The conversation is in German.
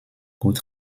gut